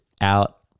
out